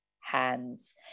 hands